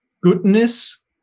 goodness